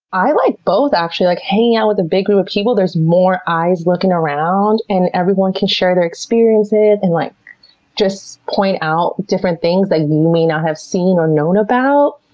i like both, actually. like hanging out with a big group of people, there's more eyes looking around, and everyone can share their experiences, and like just point out different things that you may not have seen or known about.